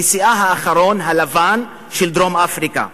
נשיאה הלבן האחרון של דרום-אפריקה,